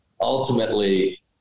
ultimately